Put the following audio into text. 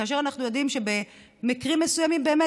אנחנו יודעים שבמקרים מסוימים באמת